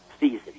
season